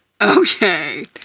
Okay